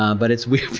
um but it's weird,